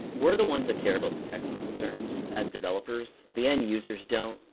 we're the ones that care about the technical concerns as developers. the end users don't.